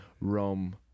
rome